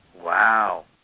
Wow